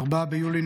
4 ביולי,